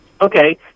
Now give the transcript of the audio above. Okay